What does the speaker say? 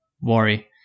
worry